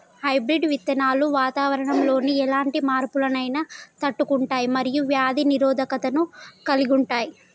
hybrid విత్తనాలు వాతావరణంలోని ఎలాంటి మార్పులనైనా తట్టుకుంటయ్ మరియు వ్యాధి నిరోధకతను కలిగుంటయ్